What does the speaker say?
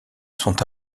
sont